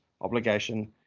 obligation